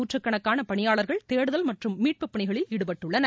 நூற்றுக்கணக்கான பணியாளர்கள் தேடுதல் மற்றும் மீட்பு பணிகளில ஈடுபட்டுள்ளனர்